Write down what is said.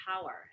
power